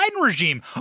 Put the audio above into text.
regime